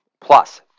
Plus